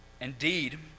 Indeed